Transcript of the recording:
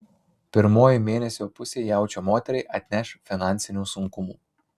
pirmoji mėnesio pusė jaučio moteriai atneš finansinių sunkumų